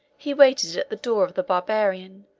he waited at the door of the barbarian,